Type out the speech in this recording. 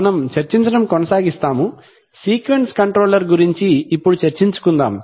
మనము చర్చించడం కొనసాగిస్తాము సీక్వెన్స్ కంట్రోలర్ గురించి ఇప్పుడు చర్చించుకుందాం